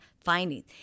findings